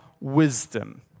wisdom